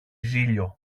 ζήλιω